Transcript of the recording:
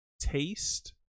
taste